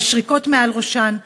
את השריקות מעל ראשן,